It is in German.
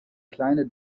kleine